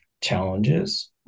challenges